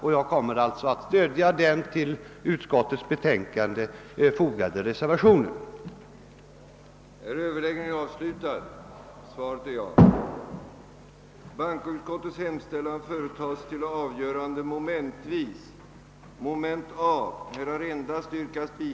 Därför kommer jag att stödja den vid bankoutskottets utlåtande fogade reservationen. Bevillningsutskottet behandlade i detta betänkande i ett sammanhang i skrivelse till Kungl. Maj:t begära skyndsam utredning om möjligheterna för företagen att skattefritt avsätta medel till särskilda omskolningsoch utbildningsfonder.